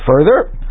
further